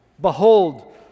behold